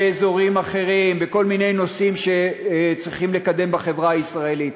באזורים אחרים ובכל מיני נושאים שצריכים לקדם בחברה הישראלית.